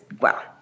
wow